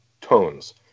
tones